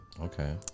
Okay